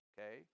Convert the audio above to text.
Okay